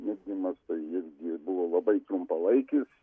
migdymas tai irgi buvo labai trumpalaikis